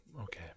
Okay